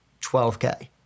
12K